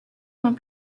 vient